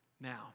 now